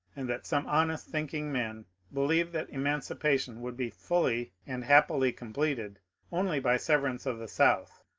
and that some honest thinking men believed that emancipation would be fully and happily completed only by severance of the south.